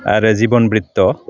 आरो जिभन ब्रिट'